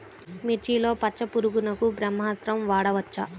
మిర్చిలో పచ్చ పురుగునకు బ్రహ్మాస్త్రం వాడవచ్చా?